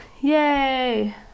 Yay